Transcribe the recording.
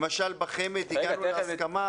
למשל בחמ"ד הגענו להסכמה.